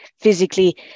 physically